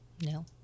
No